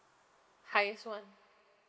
highest [one]